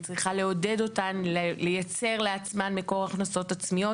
היא צריכה לעודד אותן לייצר לעצמן מקור הכנסות עצמיות